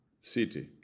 city